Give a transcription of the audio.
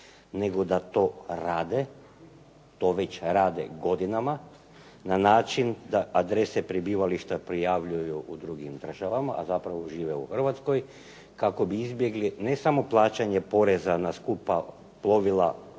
to rade. To već rade godinama na način da adrese prebivališta prijavljuju u drugim državama, a zapravo žive u Hrvatskoj kako bi izbjegli ne samo plaćanje poreza na skupa plovila,